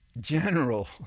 general